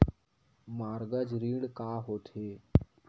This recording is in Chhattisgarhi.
मॉर्गेज ऋण का होथे?